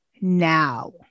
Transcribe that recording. now